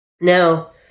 Now